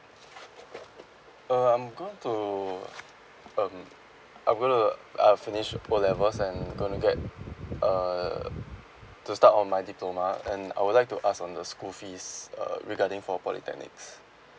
uh I'm going to um I'm going to uh finish O levels and gonna get err to start on my diploma and I would like to ask on the school fees uh regarding for polytechnics